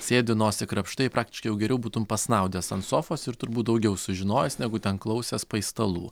sėdi nosį krapštai praktiškiai jau geriau būtum pasnaudęs ant sofos ir turbūt daugiau sužinojęs negu ten klausęs paistalų